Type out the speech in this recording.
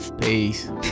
Peace